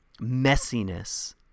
messiness